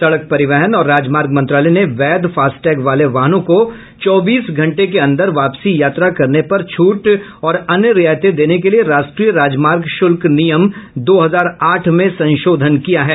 सड़क परिवहन और राजमार्ग मंत्रालय ने वैध फास्टैग वाले वाहनों को चौबीस घंटे के अंदर वापसी यात्रा करने पर छूट और अन्य रियायतें देने के लिए राष्ट्रीय राजमार्ग शुल्क नियम दो हजार आठ में संशोधन किया है